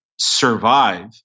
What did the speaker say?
survive